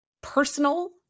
personal